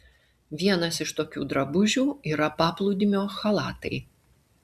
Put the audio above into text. vienas iš tokių drabužių yra paplūdimio chalatai